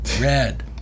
Red